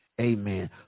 Amen